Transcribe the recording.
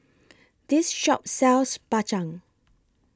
This Shop sells Bak Chang